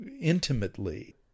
intimately